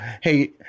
Hey